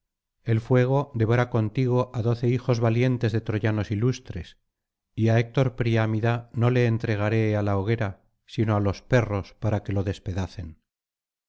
el fuego devora contigo á doce hijos valientes de troyanos ilustres y á héctor priámida no le entregaré á la hoguera sino á los perros para que lo despedacen